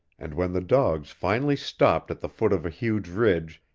and when the dogs finally stopped at the foot of a huge ridge,